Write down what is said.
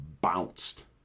bounced